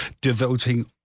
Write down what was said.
devoting